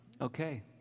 okay